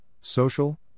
Social